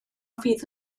fydd